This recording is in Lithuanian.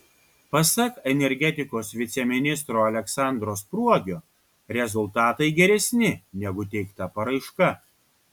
pasak energetikos viceministro aleksandro spruogio rezultatai geresni negu teikta paraiška